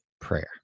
prayer